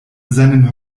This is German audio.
seinen